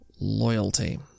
Loyalty